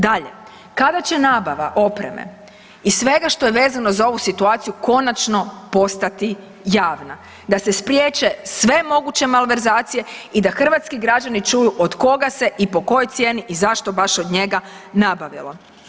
Dalje, kada će nabava opreme i svega što je vezano za ovu situaciju konačno postati javna da se spriječe sve moguće malverzacije i da hrvatski građani čuju od koga se i po kojoj cijeni i zašto baš od njega nabavilo.